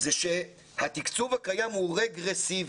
זה שהתקצוב הקיים הוא רגרסיבי,